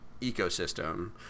ecosystem